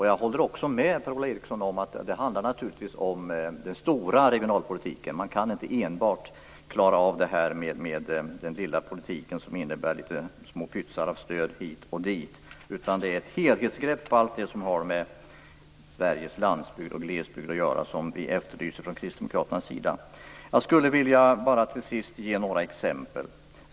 Jag håller med Per-Ola Eriksson om att det handlar om den stora regionalpolitiken. Man kan inte klara av problemen enbart med den lilla politiken, som innebär små pytsar av stöd hit och dit. Det är ett helhetsgrepp på allt det som har med Sveriges landsbygd och glesbygd att göra som vi efterlyser från Kristdemokraternas sida. Jag skulle till sist vilja ge några exempel.